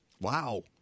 Wow